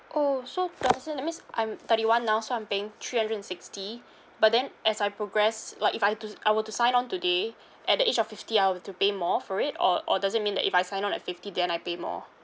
oh so to understand that means I'm thirty one now so I'm paying three hundred and sixty but then as I progress like if I to I were to sign on today at the age of fifty I will have to pay more for it or or does it mean that if I sign on at fifty then I pay more